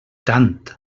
tant